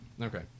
okay